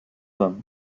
them